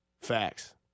Facts